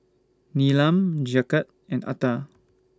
Neelam Jagat and Atal